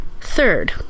Third